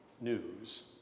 news